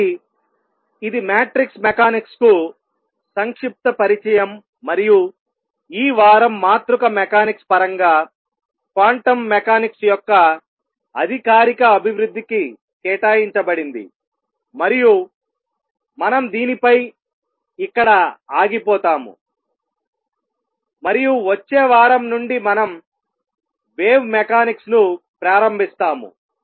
కాబట్టి ఇది matrix mechanics కు సంక్షిప్త పరిచయం మరియు ఈ వారం మాతృక మెకానిక్స్ పరంగా క్వాంటం మెకానిక్స్ యొక్క అధికారిక అభివృద్ధికి కేటాయించబడింది మరియు మనం ఇక్కడ దీనిని ముగిద్దాము మరియు వచ్చే వారం నుండి మనం వేవ్ మెకానిక్స్ ను ప్రారంభిస్తాము